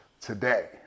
today